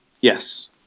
yes